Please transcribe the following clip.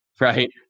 right